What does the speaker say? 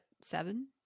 seven